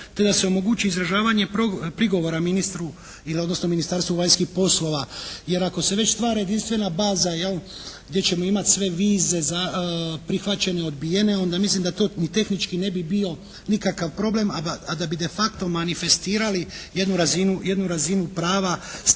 te da se omogući izražavanje prigovora ministru ili odnosno Ministarstvu vanjskih poslova. Jer ako se već stvara jedinstvena baza jel gdje ćemo imati sve vize za, prihvaćene, odbijene, onda mislim da to ni tehnički ne bi bio nikakav problem, a da bi de facto manifestirali jednu razinu prava